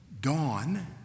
dawn